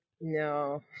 no